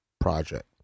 project